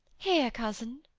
here cosin.